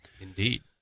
Indeed